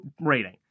rating